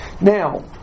Now